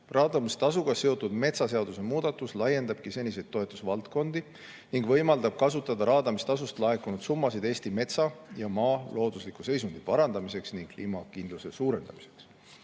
Raadamistasuga seotud metsaseaduse muudatus laiendabki seniseid toetusvaldkondi ning võimaldab kasutada raadamistasust laekunud summasid Eesti metsa ja maa loodusliku seisundi parandamiseks ning kliimakindluse suurendamiseks.